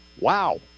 Wow